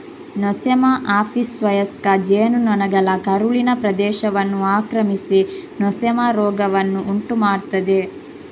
Nosema ಆಪಿಸ್ವಯಸ್ಕ ಜೇನು ನೊಣಗಳ ಕರುಳಿನ ಪ್ರದೇಶವನ್ನು ಆಕ್ರಮಿಸಿ ನೊಸೆಮಾ ರೋಗವನ್ನು ಉಂಟು ಮಾಡ್ತದೆ